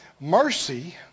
Mercy